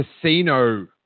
casino